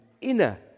inner